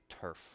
turf